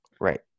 Right